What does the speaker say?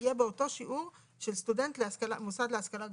שיהיה באותו שיעור של סטודנט של מוסד להשכלה בארץ.